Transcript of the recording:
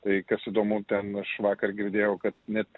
tai kas įdomu ten aš vakar girdėjau kad net